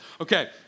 Okay